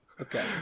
Okay